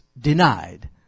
denied